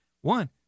one